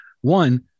one